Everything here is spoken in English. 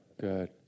Good